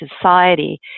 society